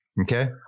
Okay